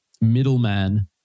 middleman